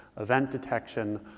event detection.